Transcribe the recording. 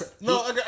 no